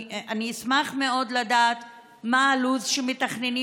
אני אשמח מאוד לדעת מה הלו"ז שמתכננים